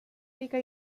mica